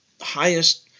highest